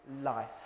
life